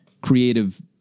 creative